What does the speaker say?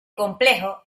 complejo